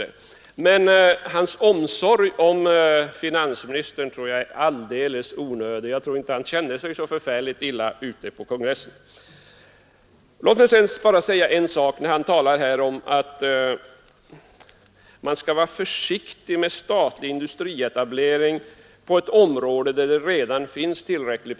Men herr Wirténs omsorg om finansministern är säkerligen alldeles onödig — jag tror inte att finansministern kände sig så förfärligt illa ute på kongressen. Låt mig sedan bara säga en sak till. Herr Wirtén talar om att man skall vara försiktig med en statlig industrietablering på ett område, där landets produktion redan är tillräcklig.